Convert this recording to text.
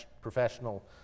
professional